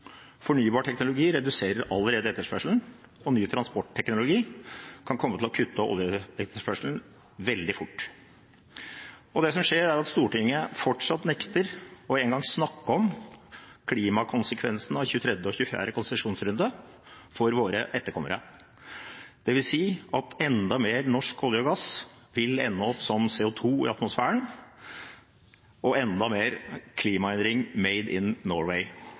Fornybar teknologi reduserer allerede etterspørselen, og ny transportteknologi kan komme til å kutte oljeetterspørselen veldig fort. Det som skjer, er at Stortinget fortsatt nekter engang å snakke om klimakonsekvensen av 23. og 24. konsesjonsrunde for våre etterkommere. Det vil si at enda mer norsk olje og gass vil ende opp som CO 2 i atmosfæren – og enda mer klimaendring «Made in Norway».